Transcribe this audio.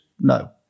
No